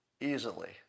easily